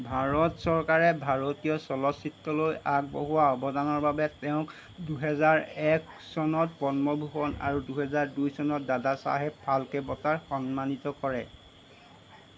ভাৰত চৰকাৰে ভাৰতীয় চলচ্চিত্ৰলৈ আগবঢ়োৱা অৱদানৰ বাবে তেওঁক দুহেজাৰ এক চনত পদ্মভূষণ আৰু দুহেজাৰ দুই চনত দাদাচাহেব ফাল্কে বঁটাৰে সন্মানিত কৰে